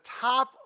top